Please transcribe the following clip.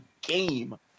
game